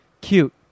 Cute